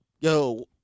yo